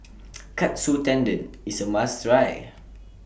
Katsu Tendon IS A must Try